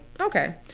okay